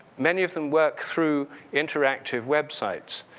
many of them work through interactive websites.